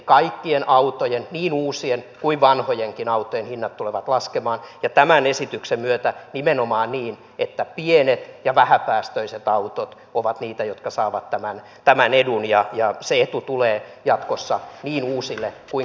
kaikkien autojen niin uusien kuin vanhojenkin autojen hinnat tulevat laskemaan ja tämän esityksen myötä nimenomaan niin että pienet ja vähäpäästöiset autot ovat niitä jotka saavat tämän edun ja se etu tulee jatkossa niin uusille kuin käytetyillekin autoille